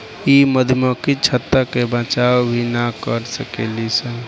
इ मधुमक्खी छत्ता के बचाव भी ना कर सकेली सन